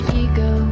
ego